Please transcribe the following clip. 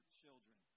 children